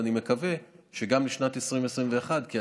ואני מקווה שגם בשנת 2021 יימצא לכך התקציב,